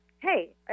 hey